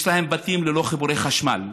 יש להם בתים ללא חיבורי חשמל.